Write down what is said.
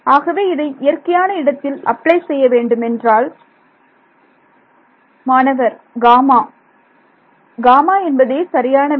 ஆகவே இதை இயற்கையான இடத்தில் அப்ளை செய்ய வேண்டுமென்றால் மாணவர் என்பதே சரியான விடை